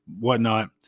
whatnot